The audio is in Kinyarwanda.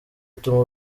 bituma